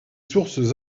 sources